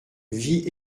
vie